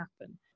happen